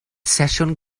sesiwn